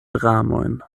dramojn